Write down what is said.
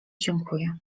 dziękuję